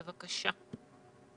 שלום,